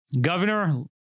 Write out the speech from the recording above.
Governor